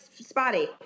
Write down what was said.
spotty